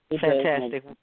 Fantastic